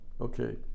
okay